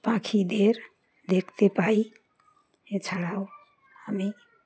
পাখিদের দেখতে পাই এছাড়াও আমি